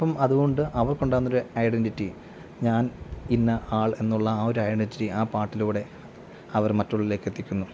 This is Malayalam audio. അപ്പോള് അതുകൊണ്ട് അവർക്കുണ്ടാകുന്നൊര് ഐഡൻറ്റിറ്റി ഞാൻ ഇന്ന ആൾ എന്നുള്ള ആ ഒരു ഐഡൻറ്റിറ്റി ആ പാട്ടിലൂടെ അവർ മറ്റുള്ളവരിലേക്ക് എത്തിക്കുന്നു